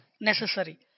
necessary